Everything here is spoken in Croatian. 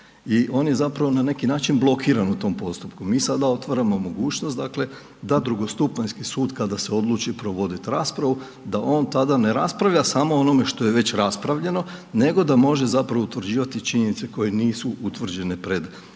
i on je zapravo na neki način blokiran u tom postupku. Mi sada otvaramo mogućnost, dakle, da drugostupanjski sud, kada se odluči provoditi raspravu, da on tada ne raspravlja samo o onome što je već raspravljeno, nego da može zapravo utvrđivati činjenice, koje nisu utvrđene pred prvostupanjskim